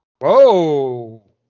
Whoa